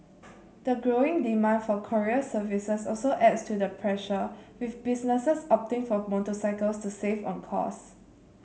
the growing demand for courier services also adds to the pressure with businesses opting for motorcycles to save on costs